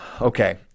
Okay